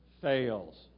fails